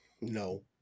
No